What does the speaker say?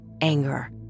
Anger